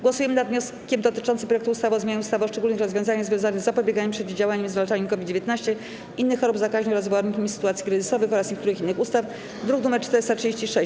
Głosujemy nad wnioskiem dotyczącym projektu ustawy o zmianie ustawy o szczególnych rozwiązaniach związanych z zapobieganiem, przeciwdziałaniem i zwalczaniem COVID-19, innych chorób zakaźnych oraz wywołanych nimi sytuacji kryzysowych oraz niektórych innych ustaw, druk nr 436.